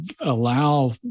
allow